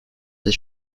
ces